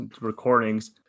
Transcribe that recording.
recordings